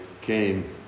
came